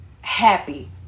happy